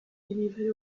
délivrée